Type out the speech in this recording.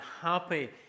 happy